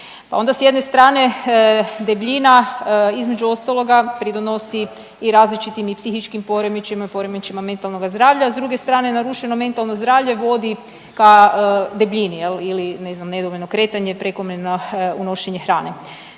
pa onda s jedne strane debljina između ostaloga pridonosi i različitim i psihičkim poremećajima i poremećajima mentalnoga zdravlja, a s druge strane narušeno mentalno zdravlje vodi ka debljini ili ne znam nedovoljno kretanje prekomjerno unošenje hrane.